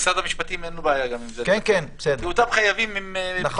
למשרד המשפטים אין בעיה עם זה כי אותם חייבים --- נכון,